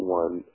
one